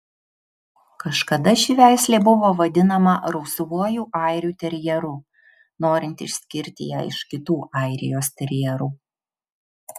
kažkada ši veislė buvo vadinama rausvuoju airių terjeru norint išskirti ją iš kitų airijos terjerų